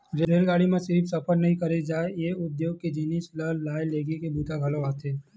रेलगाड़ी म सिरिफ सफर नइ करे जाए ए ह उद्योग के जिनिस ल लाए लेगे के बूता घलोक आथे